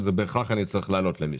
אז בהכרח אצטרך להעלות למישהו.